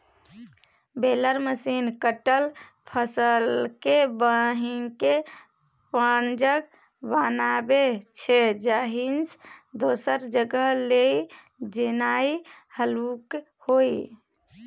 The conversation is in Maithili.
बेलर मशीन कटल फसलकेँ बान्हिकेँ पॉज बनाबै छै जाहिसँ दोसर जगह लए जेनाइ हल्लुक होइ